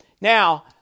Now